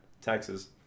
Texas